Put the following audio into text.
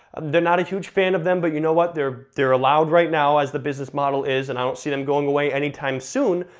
they're not a huge fan of them, but you know what? they're they're allowed right now as the business model is, and i don't see them going away any time soon,